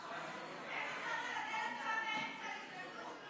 איך אפשר לבטל הצבעה באמצע, היא